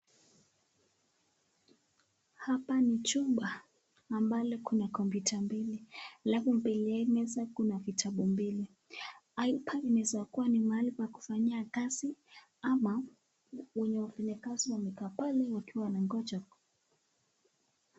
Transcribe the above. Hapa ni chumba ambacho ambalo kuna kompyuta mbili, alafu mbele ya hii meza kuna vitabu mbili, Hapa inaweza kuwa pahali pa kufanyia kazi, ama wenye wafanyikazi wamekaa pale wangoja.